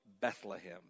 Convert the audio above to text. Bethlehem